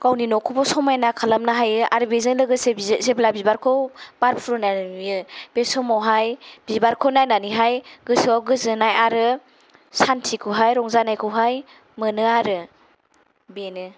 गावनि नखौबो समायना खालामनो हायो आरो बेजों लोगोसे जेब्ला बिबारखौ बारफ्रुाय नुयो बे समावहाय बिबारखौ नायनानैहाय गोसोयाव गोजोननाय आरो सान्तिखौहाय रंजानायखौहाय मोनो आरो बेनो